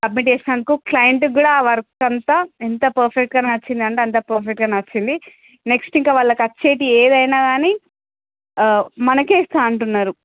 submit చేసినందుకు క్లయింట్కి కూడా వర్క్ అంతా ఎంత పర్ఫెక్ట్గా నచ్చింది అంటే అంత పర్ఫెక్ట్గా నచ్చింది నెక్స్ట్ ఇంకా వాళ్ళకి వచ్చేటివి ఏవైనా కానీ మనకే ఇస్తాను అంటున్నారు